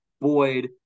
Boyd